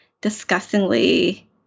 disgustingly